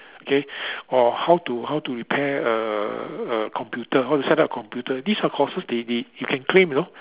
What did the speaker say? okay or how to how to repair a a a computer how to set up a computer these are courses they they you can claim you know